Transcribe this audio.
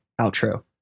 Outro